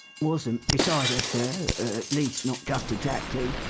wasn't beside her, sir at least not just exactly.